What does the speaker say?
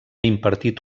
impartit